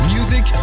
Music